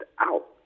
out